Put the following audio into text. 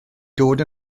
dod